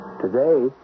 Today